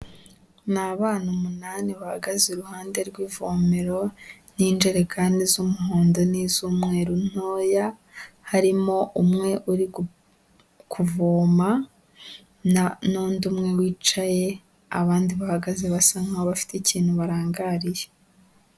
Ni abana umunani bahagaze iruhande rw'ivomero n'injerekan z'umuhondo n'iz'umweru ntoya, harimo umwe uri kuvoma n'undi umwe wicaye, abandi bahagaze basa nk'aho bafite ikintu barangariye.